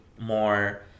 more